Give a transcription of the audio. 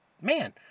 man